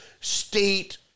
state